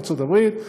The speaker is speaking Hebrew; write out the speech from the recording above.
ארצות הברית,